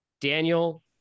Daniel